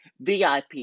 VIP